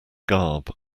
garb